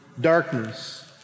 darkness